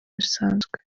bisanzwe